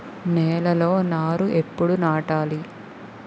నేలలో నారు ఎప్పుడు నాటాలి?